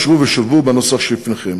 חלקן אושרו ושולבו בנוסח שלפניכם.